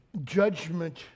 judgment